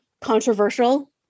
controversial